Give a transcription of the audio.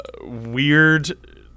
weird